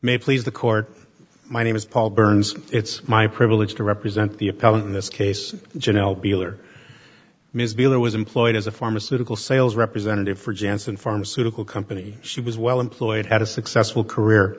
may please the court my name is paul burns it's my privilege to represent the appellant in this case jenelle beeler ms miller was employed as a pharmaceutical sales representative for janssen pharmaceutical company she was well employed had a successful career